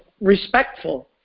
respectful